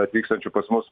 atvykstančių pas mus